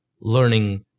learning